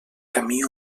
camí